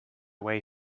way